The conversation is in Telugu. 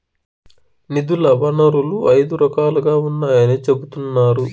నిధుల వనరులు ఐదు రకాలుగా ఉన్నాయని చెబుతున్నారు